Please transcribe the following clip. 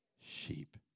sheep